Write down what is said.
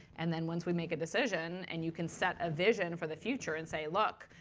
and then once we make a decision, and you can set a vision for the future and say, look,